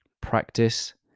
Practice